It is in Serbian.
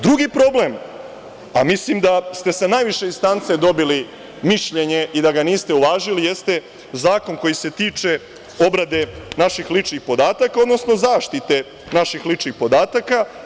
Drugi problem, a mislim da ste sa najviše instance dobili mišljenje i da ga niste uvažili jeste Zakon koji se tiče obrade naših ličnih podataka, odnosno zaštite naših ličnih podataka.